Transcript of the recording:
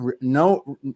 no